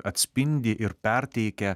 atspindi ir perteikia